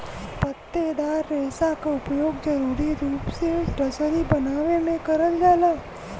पत्तेदार रेसा क उपयोग जरुरी रूप से रसरी बनावे में करल जाला